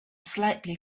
slightly